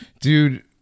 dude